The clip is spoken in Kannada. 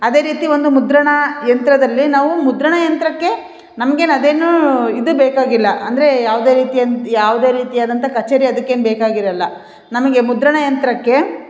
ಅದೆ ರೀತಿ ಒಂದು ಮುದ್ರಣ ಯಂತ್ರದಲ್ಲೇ ನಾವು ಮುದ್ರಣ ಯಂತ್ರಕ್ಕೆ ನಮ್ಗೇನು ಅದೇನು ಇದು ಬೇಕಾಗಿಲ್ಲ ಅಂದರೆ ಯಾವುದೇ ರೀತಿ ಅಂದು ಯಾವುದೇ ರೀತಿಯಾದಂಥ ಕಛೇರಿ ಅದಕ್ಕೇನು ಬೇಕಾಗಿರೋಲ್ಲ ನಮಗೆ ಮುದ್ರಣ ಯಂತ್ರಕ್ಕೆ